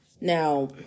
Now